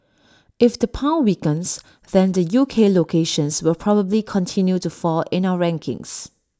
if the pound weakens then the U K locations will probably continue to fall in our rankings